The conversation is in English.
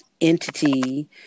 entity